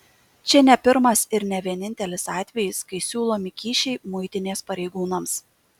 čia ne pirmas ir ne vienintelis atvejis kai siūlomi kyšiai muitinės pareigūnams